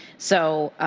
so,